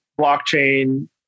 blockchain